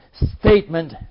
statement